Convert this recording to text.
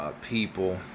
people